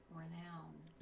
renowned